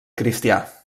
cristià